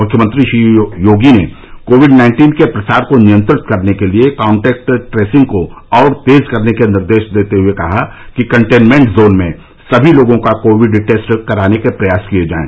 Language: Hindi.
मुख्यमंत्री श्री योगी ने कोविड नाइन्टीन के प्रसार को नियंत्रित करने के लिए कांटैक्ट ट्रेसिंग को और तेज करने के निर्देश देते हुए कहा कि कंटेनमेंट जोन में समी लोगों का कोविड टैस्ट कराने के प्रयास किये जायें